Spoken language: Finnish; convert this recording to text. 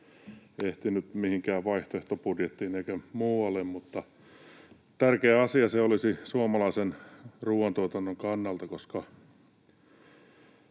ehtinyt mihinkään vaihtoehtobudjettiin eikä muualle, mutta tärkeä asia se olisi suomalaisen ruuantuotannon kannalta. Kuten